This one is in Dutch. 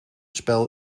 spel